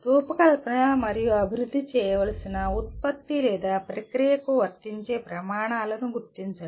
రూపకల్పన మరియు అభివృద్ధి చేయవలసిన ఉత్పత్తి లేదా ప్రక్రియకు వర్తించే ప్రమాణాలను గుర్తించండి